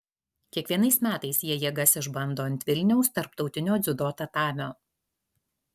kiekvienais metais jie jėgas išbando ant vilniaus tarptautinio dziudo tatamio